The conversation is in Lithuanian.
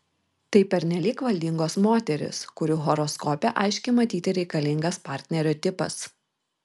tai pernelyg valdingos moterys kurių horoskope aiškiai matyti reikalingas partnerio tipas